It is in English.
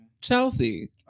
Chelsea